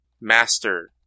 Master